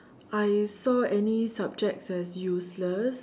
I saw any subjects as useless